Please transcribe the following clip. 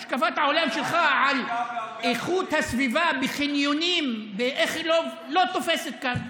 השקפת העולם שלך על איכות הסביבה בחניונים לא תופסת כאן.